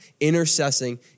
intercessing